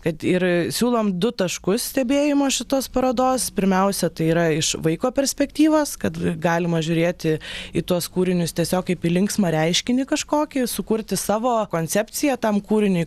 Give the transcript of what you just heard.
kad ir siūlom du taškus stebėjimo šitos parodos pirmiausia tai yra iš vaiko perspektyvos kad galima žiūrėti į tuos kūrinius tiesiog kaip į linksmą reiškinį kažkokį sukurti savo koncepciją tam kūriniui